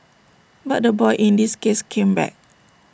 but the boy in this case came back